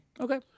Okay